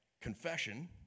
confession